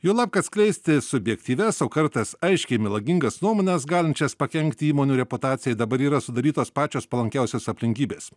juolab kad skleisti subjektyvias o kartais aiškiai melagingas nuomones galinčias pakenkti įmonių reputacijai dabar yra sudarytos pačios palankiausios aplinkybės